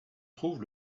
trouve